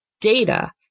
data